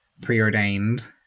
preordained